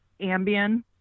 Ambien